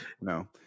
no